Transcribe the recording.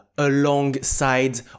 alongside